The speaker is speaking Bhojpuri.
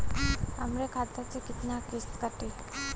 हमरे खाता से कितना किस्त कटी?